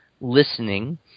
listening